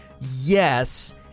Yes